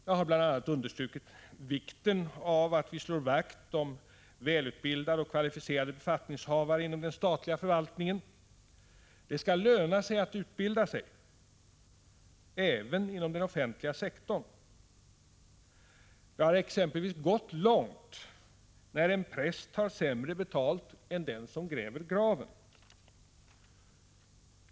Jag har bl.a. understrukit vikten av att vi slår vakt om välutbildade och kvalificerade befattningshavare inom den statliga förvaltningen. Det skall löna sig att utbilda sig även inom den offentliga sektorn. Det har exempelvis gått långt, när en präst har sämre betalt än den som gräver graven.